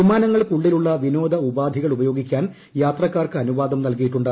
വിമാനങ്ങൾക്ക് ഉള്ളിലുള്ള വിനോദ ഉപാധികൾ ഉപയോഗിക്കാൻ യാത്രക്കാർക്ക് അനുവാദം നൽകിയിട്ടുണ്ട്